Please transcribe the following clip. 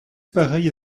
pareille